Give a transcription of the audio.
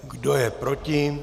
Kdo je proti?